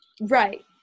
Right